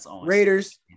Raiders